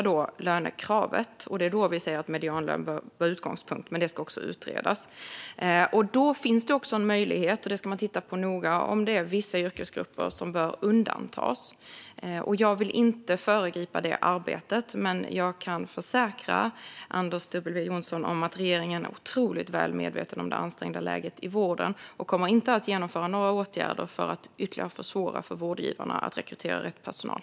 Då säger vi att medianlön bör vara utgångspunkt, men det ska också utredas. Då finns också en möjlighet att titta på om vissa yrkesgrupper bör undantas. Det ska man titta noga på. Jag vill inte föregripa det arbetet, men jag kan försäkra Anders W Jonsson om att regeringen är väl medveten om det ansträngda läget i vården. Vi kommer inte att vidta några åtgärder som ytterligare försvårar för vårdgivarna att rekrytera rätt personal.